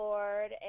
Lord